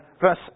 verse